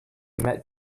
met